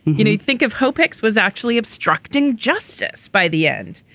you know you think of hope hicks was actually obstructing justice by the end.